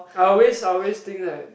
I always I always think that